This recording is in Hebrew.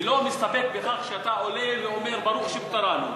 ואתה לא מסתפק בכך שאתה עולה ואומר: ברוך שפטרנו,